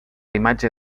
imatge